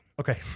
Okay